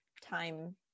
time